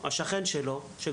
לשכן מצדה השני של הגדר,